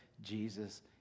Jesus